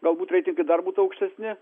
galbūt reitingai dar būtų aukštesni